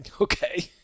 Okay